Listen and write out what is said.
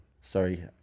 Sorry